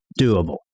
doable